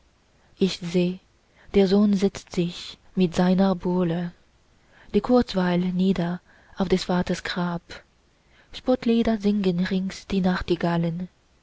ich seh der sohn setzt sich mit seiner buhle zur kurzweil nieder auf des vaters grab spottlieder singen rings die nachtigallen